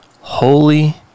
holy